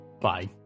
bye